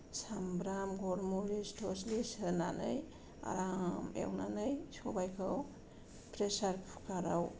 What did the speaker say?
सामब्राम गरमरिस थरमरिस होनानै आराम एवनानै सबायखौ प्रेसार कुकाराव